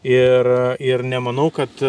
ir ir nemanau kad